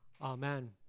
Amen